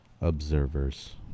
observers